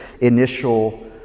initial